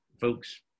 folks